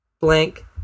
blank